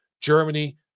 Germany